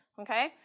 okay